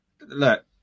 Look